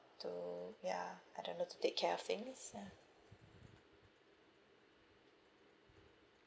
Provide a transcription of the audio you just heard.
to ya I don't know to take care of things ya